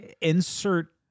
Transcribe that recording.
insert